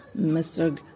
Mr